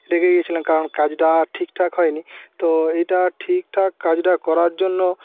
রেগে গেছিলেন কারণ কাজটা ঠিকঠাক হয়নি তো এইটা ঠিকঠাক কাজটা করার জন্য